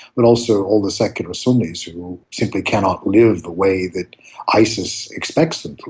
but also all the secular sunnis who simply cannot live the way that isis expects them to